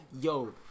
Yo